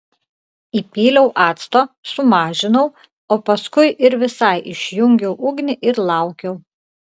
įpyliau acto sumažinau o paskui ir visai išjungiau ugnį ir laukiau